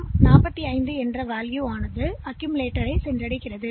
எனவே மதிப்பு 45 செயலிக்கு வந்ததும் அது அக்கீம் லேட்டர்ல் வைக்கப்படும்